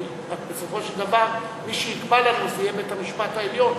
בסופו של דבר מי שיקבע לנו זה יהיה בית-המשפט העליון.